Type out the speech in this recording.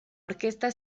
orquesta